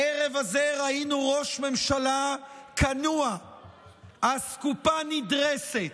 הערב הזה ראינו ראש ממשלה כנוע, אסקופה נדרסת,